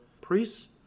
priests